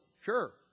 sure